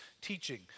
teaching